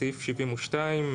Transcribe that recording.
בסעיף 72,